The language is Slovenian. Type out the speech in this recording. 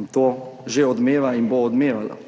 In to že odmeva in bo odmevala.